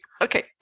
Okay